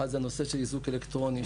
אחד זה נושא של אזוק אלקטרוני,